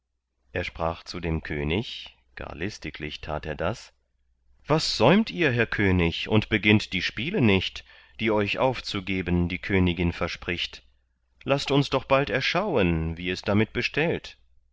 er sprach zu dem könig gar listiglich tat er das was säumt ihr herr könig und beginnt die spiele nicht die euch aufzugeben die königin verspricht laßt uns doch bald erschauen wie es damit bestellt